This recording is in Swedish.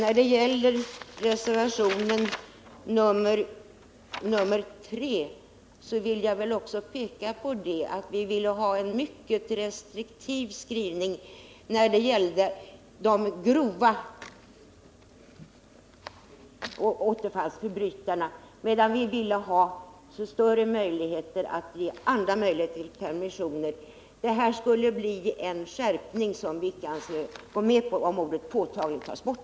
Beträffande reservationen 3 vill jag också peka på att vi önskade en mycket restriktiv skrivning för de grova förbrytarna och återfallsförbrytarna, medan vi ville ha större möjligheter till permissioner för övriga. Det skulle bli en skärpning som vi icke anser oss kunna gå med på om ordet påtaglig tas bort.